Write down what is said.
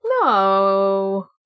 No